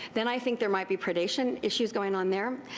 then i think there might be predation issues going on there.